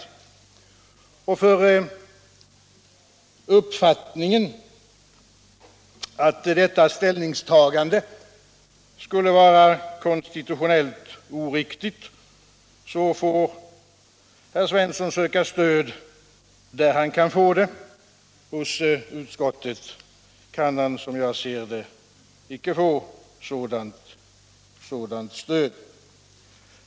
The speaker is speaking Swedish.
För uppfattningen att detta ställningstagande skulle vara konstitutionellt oriktigt får herr Svensson söka stöd där han kan få det. Hos utskottet kan han, som jag ser det, icke få sådant stöd.